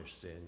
sin